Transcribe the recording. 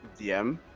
DM